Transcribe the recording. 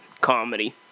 comedy